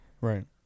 Right